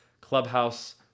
Clubhouse